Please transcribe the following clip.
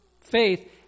faith